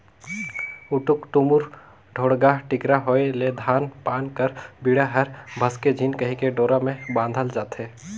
उटुक टुमुर, ढोड़गा टिकरा होए ले धान पान कर बीड़ा हर भसके झिन कहिके डोरा मे बाधल जाथे